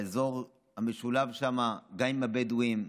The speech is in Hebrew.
באזור המשולב שם, גם עם הבדואים,